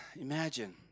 imagine